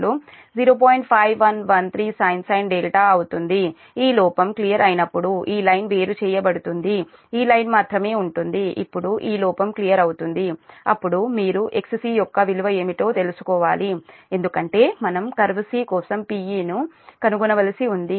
5113sin అవుతుంది ఈ లోపం క్లియర్ అయినప్పుడు ఈ లైన్ వేరుచేయబడుతుంది ఈ లైన్ మాత్రమే ఉంటుంది ఇప్పుడు ఈ లోపం క్లియర్ అవుతుంది అప్పుడు మీరు XC యొక్క విలువ ఏమిటో తెలుసుకోవాలి ఎందుకంటే మనం కర్వ్ C కోసం Pe ను కనుగొనవలసి ఉంది